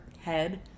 head